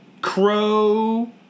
Crow